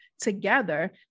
together